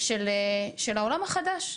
של העולם החדש,